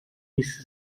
miss